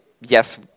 yes